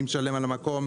מי משלם על המקום?